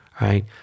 right